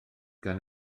gan